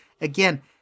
Again